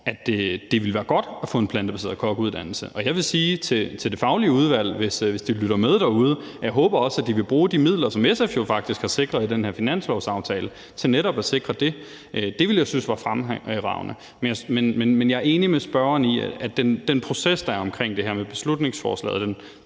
at det ville være godt at få en plantebaseret kokkeuddannelse. Og jeg vil sige til det faglige udvalg, hvis de lytter med derude, at jeg også håber, de vil bruge de midler, som SF jo faktisk har sikret i den her finanslovsaftale, til netop at sikre det. Det ville jeg synes var fremragende. Men jeg er enig med spørgeren i, at den proces, der er omkring det her med beslutningsforslaget,